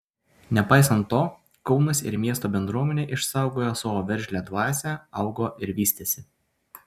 nepaisant to kaunas ir miesto bendruomenė išsaugojo savo veržlią dvasią augo ir vystėsi